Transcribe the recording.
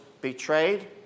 Betrayed